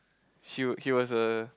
he he was a